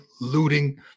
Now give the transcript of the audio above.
looting